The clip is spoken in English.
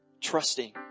trusting